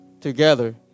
together